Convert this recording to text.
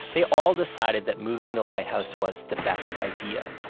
they all decided that moving the lighthouse was the best idea,